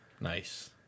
Nice